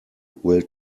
will